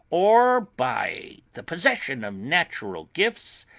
or by the possession of natural gifts,